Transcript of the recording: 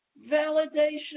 validation